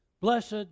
Blessed